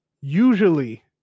usually